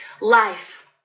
life